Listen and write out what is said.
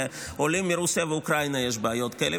לעולים מרוסיה ואוקראינה יש בעיות כאלה,